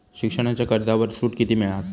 शिक्षणाच्या कर्जावर सूट किती मिळात?